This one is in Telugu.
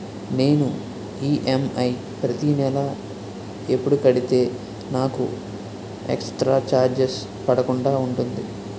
నేను ఈ.ఎమ్.ఐ ప్రతి నెల ఎపుడు కడితే నాకు ఎక్స్ స్త్ర చార్జెస్ పడకుండా ఉంటుంది?